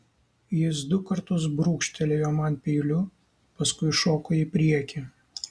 jis du kartus brūkštelėjo man peiliu paskui šoko į priekį